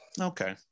Okay